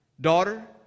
Daughter